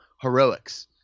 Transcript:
heroics